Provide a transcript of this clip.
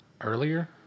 earlier